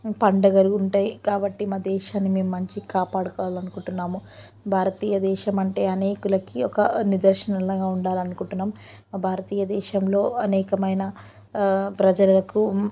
పండుగలు ఉంటాయి కాబట్టి మా దేశాన్ని మేం మంచిగా కాపాడుకోవలని అనుకుంటున్నాము భారతీయ దేశం అంటే అనేకులకి ఒక నిదర్శనంలాగా ఉండాలని అనుకుంటున్నాము మా భారతీయ దేశంలో అనేకమైన ప్రజలకు